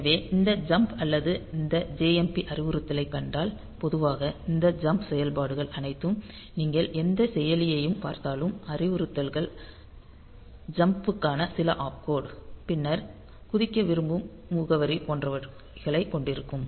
எனவே இந்த ஜம்ப் அல்லது இந்த JMP அறிவுறுத்தலைக் கண்டால் பொதுவாக இந்த ஜம்ப் செயல்பாடுகள் அனைத்தும் நீங்கள் எந்த செயலியையும் பார்த்தாலும் அறிவுறுத்தல்கள் தாவலுக்கான சில ஆப்கோட் பின்னர் குதிக்க விரும்பும் முகவரி போன்றவைகளைக் கொண்டிருக்கும்